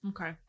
Okay